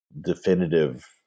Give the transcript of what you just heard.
definitive